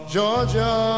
Georgia